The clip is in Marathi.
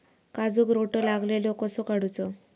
काजूक रोटो लागलेलो कसो काडूचो?